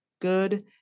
good